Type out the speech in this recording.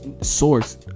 source